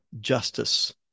justice